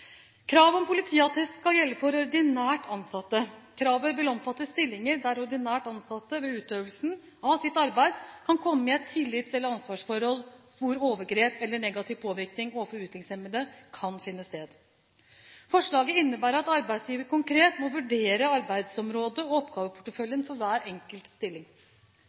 Kravet om politiattest skal gjelde for ordinært ansatte. Kravet vil omfatte stillinger der ordinært ansatte ved utøvelsen av sitt arbeid kan komme i et tillits- eller ansvarsforhold hvor overgrep eller negativ påvirkning overfor utviklingshemmede kan finne sted. Forslaget innebærer at arbeidsgiver konkret må vurdere arbeidsområdet og oppgaveporteføljen for hver enkelt stilling.